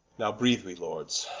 now breath we lords,